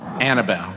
Annabelle